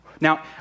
Now